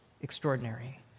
extraordinary